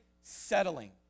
settling